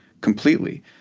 completely